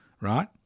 right